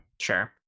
Sure